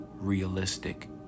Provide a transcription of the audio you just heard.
realistic